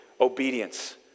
obedience